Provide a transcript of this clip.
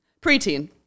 Preteen